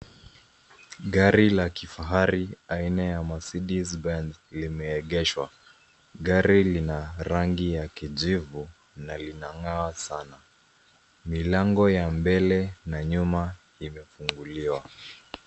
Gari la kifahari aina ya Mercedes benz limeegeshwa. Gari lina rangi ya kijivu na linang'aa sana. Milango ya mbele na nyuma imefunguliwa.